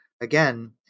again